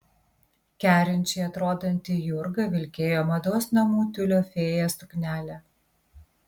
kerinčiai atrodanti jurga vilkėjo mados namų tiulio fėja suknelę